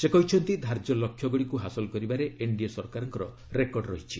ସେ କହିଛନ୍ତି ଧାର୍ଯ୍ୟ ଲକ୍ଷ୍ୟଗ୍ରଡ଼ିକୁ ହାସଲ କରିବାରେ ଏନ୍ଡିଏ ସରକାରଙ୍କର ରେକର୍ଡ ରହିଛି